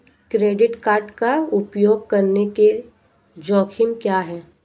Credit card का उपयोग करने के जोखिम क्या हैं?